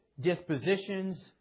dispositions